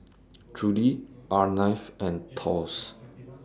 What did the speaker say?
Trudie Arleth and Thos